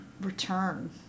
return